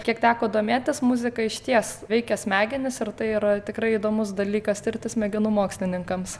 kiek teko domėtis muzika išties veikia smegenis ir tai yra tikrai įdomus dalykas tirti smegenų mokslininkams